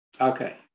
Okay